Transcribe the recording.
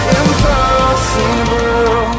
impossible